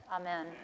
Amen